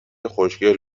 خوشگل